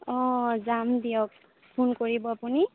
অঁ যাম দিয়ক ফোন কৰিব আপুনি